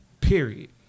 Period